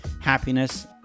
happiness